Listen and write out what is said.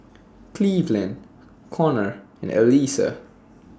Cleveland Konnor and Elissa